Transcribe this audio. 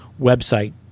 website